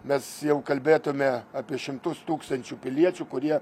mes jau kalbėtume apie šimtus tūkstančių piliečių kurie